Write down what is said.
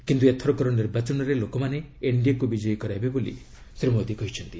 କିନ୍ତୁ ଏଥରକର ନିର୍ବାଚନରେ ଲୋକମାନେ ଏନ୍ଡିଏ କୁ ବିଜୟୀ କରାଇବେ ବୋଲି ଶ୍ରୀ ମୋଦି କହିଚ୍ଛନ୍ତି